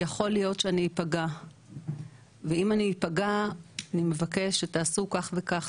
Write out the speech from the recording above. יכול להיות שאני אפגע ואם אני אפגע אני מבקש שתעשו כך וכך,